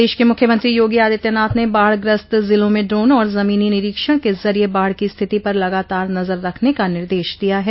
प्रदेश के मुख्यमंत्री योगी आदित्यनाथ ने बाढ़ ग्रस्त जिलों में ड्रोन और जमीनी निरीक्षण के जरिये बाढ़ की स्थिति पर लगातार नजर रखने का निर्देश दिया है